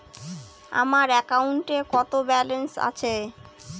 আমার অ্যাকাউন্টে কত ব্যালেন্স আছে?